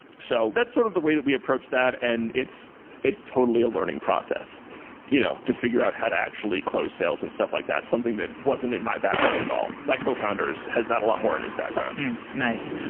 so that's sort of the way that we approach that and it's it's totally a learning process you know to figure out how to actually close sales and stuff like that, something that wasn't in my background at all. my cofounder has that a lot more in his background nice.